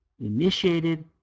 initiated